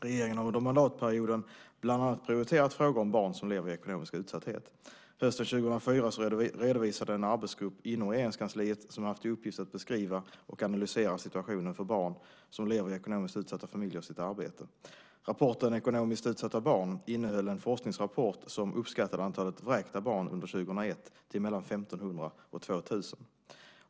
Regeringen har under mandatperioden bland annat prioriterat frågor om barn som lever i ekonomisk utsatthet. Hösten 2004 redovisade en arbetsgrupp inom Regeringskansliet som haft i uppgift att beskriva och analysera situationen för barn som lever i ekonomiskt utsatta familjer sitt arbete. Rapporten Ekonomiskt utsatta barn innehöll en forskningsrapport som uppskattade antalet vräkta barn under 2001 till mellan 1 500 och 2 000.